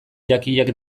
jakiak